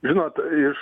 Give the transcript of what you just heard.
žinot iš